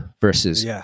Versus